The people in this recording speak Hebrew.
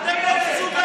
אתם לא מסוגלים